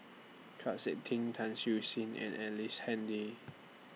Chau Sik Ting Tan Siew Sin and Ellice Handy